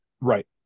Right